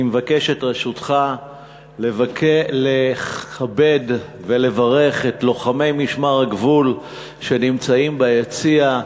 אני מבקש את רשותך לכבד ולברך את לוחמי משמר הגבול שנמצאים ביציע,